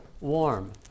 warm